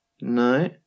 No